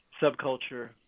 subculture